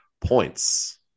points